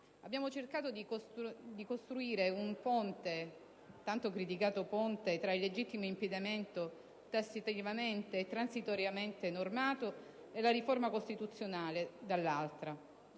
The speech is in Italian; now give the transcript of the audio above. Abbiamo cercato di costruire un ponte (il tanto criticato ponte) tra il legittimo impedimento tassativamente e transitoriamente normato e la riforma costituzionale.